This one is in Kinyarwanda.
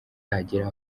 bagera